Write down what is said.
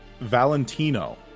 Valentino